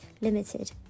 limited